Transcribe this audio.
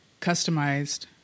customized